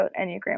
Enneagram